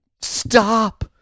stop